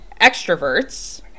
extroverts